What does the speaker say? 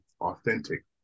authentic